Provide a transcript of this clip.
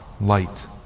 light